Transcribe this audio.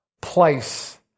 place